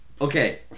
Okay